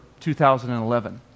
2011